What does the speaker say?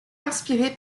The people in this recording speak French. inspirée